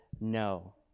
no